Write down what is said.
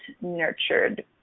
nurtured